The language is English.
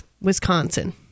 Wisconsin